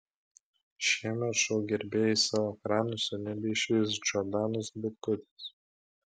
šiemet šou gerbėjai savo ekranuose nebeišvys džordanos butkutės